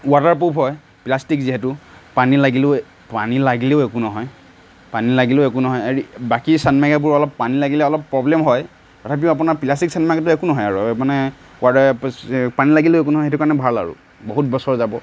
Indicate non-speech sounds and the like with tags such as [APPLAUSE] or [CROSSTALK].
waterproof হয় plastic যিহেতু পানী লাগিলেও পানী লাগিলেও একো নহয় পানী লাগিলেও একো নহয় আৰু বাকী চানমাইকাবোৰ অলপ পানী লাগিলে অলপ প্ৰব্লেম হয় তথাপিও আপোনাৰ প্লাষ্টিক চানমাইকাটো একো নহয় আৰু মানে [UNINTELLIGIBLE] পানী লাগিলেও একো নহয় সেইটোৰ কাৰণে ভাল আৰু বহুত বছৰ যাব